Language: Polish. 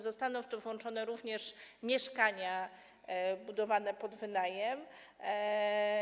Zostaną w to włączone również mieszkania budowane pod wynajem.